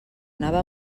anava